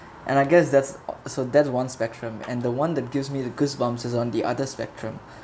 and I guess that's so that one spectrum and the one that gives me the goosebumps is on the other spectrum